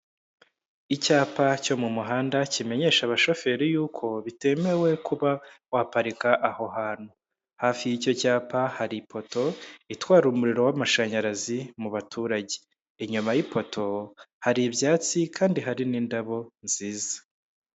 Icyapa cyo mu muhanda kimenyesha abashoferi y'uko bitemewe kuba waparika aho hantu, hafi y'icyo cyapa hari ipoto itwara umuriro w'amashanyarazi mu baturage, inyuma y'ipoto hari ibyatsi kandi hari n'indabo nziza.